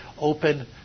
open